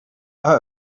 out